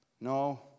No